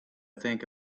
think